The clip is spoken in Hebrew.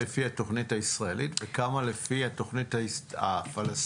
כמה לומדים לפי התכנית הישראלית וכמה לפי התכנית הפלסטינית